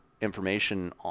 information